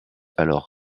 alors